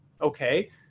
Okay